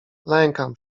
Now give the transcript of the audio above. lękam